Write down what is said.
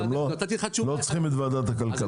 אתם לא צריכים לא ועדת הכלכלה.